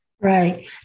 Right